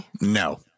no